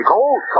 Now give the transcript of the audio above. Cold